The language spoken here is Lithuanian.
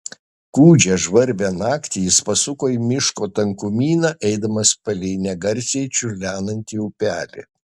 gūdžią žvarbią naktį jis pasuko į miško tankumyną eidamas palei negarsiai čiurlenantį upelį